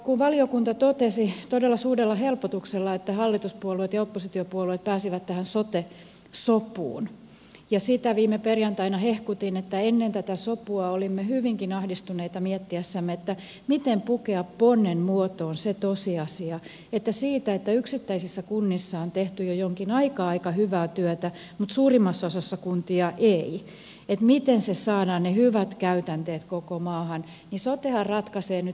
kun valiokunta totesi todella suurella helpotuksella että hallituspuolueet ja oppositiopuolueet pääsivät tähän sote sopuun ja sitä viime perjantaina hehkutin niin ennen tätä sopua olimme hyvinkin ahdistuneita miettiessämme miten pukea ponnen muotoon se tosiasia että yksittäisissä kunnissa on tehty jo jonkin aikaa aika hyvää työtä mutta suurimmassa osassa kuntia ei ja miten ne hyvät käytänteet saadaan koko maahan